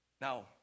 Now